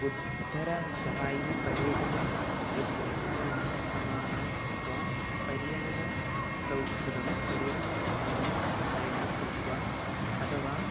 उत्तरदायि पर्यटनम् उद्धारणक्रमाणां कृत्वा पर्यटनं सौखदं परिवहनं चयनं कृत्वा अथवा